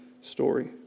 story